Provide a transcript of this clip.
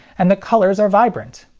and the colors are vibrant.